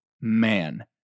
man